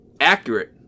accurate